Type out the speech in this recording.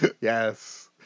Yes